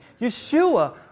Yeshua